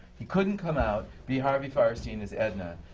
he couldn't come out, be harvey fierstein as edna,